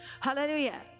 Hallelujah